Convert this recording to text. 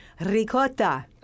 ricotta